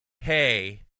Hey